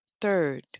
Third